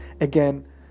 Again